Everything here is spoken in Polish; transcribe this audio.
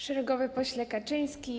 Szeregowy Pośle Kaczyński!